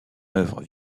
œuvre